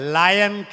lion